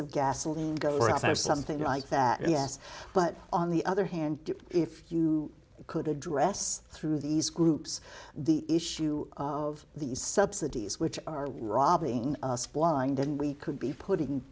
of gasoline go outside of something like that yes but on the other hand if you could address through these groups the issue of these subsidies which are robbing us blind and we could be putting